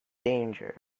danger